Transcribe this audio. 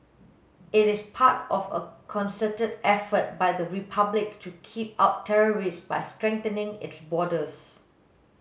it is part of a concerted effort by the Republic to keep out terrorists by strengthening its borders